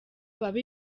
baba